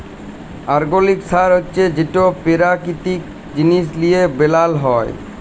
organic সার হছে যেট পেরাকিতিক জিনিস লিঁয়ে বেলাল হ্যয়